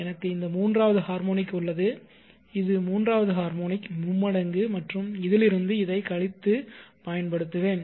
எனக்கு இந்த மூன்றாவது ஹார்மோனிக் உள்ளது இது மூன்றாவது ஹார்மோனிக் மும்மடங்கு மற்றும் இதிலிருந்து இதை கழித்து பயன்படுத்துவேன்